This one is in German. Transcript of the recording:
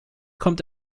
kommt